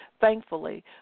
Thankfully